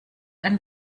ein